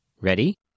Ready